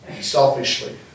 selfishly